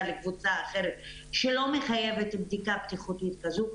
לקבוצה אחרת שלא מחייבת בדיקה בטיחותית כזו,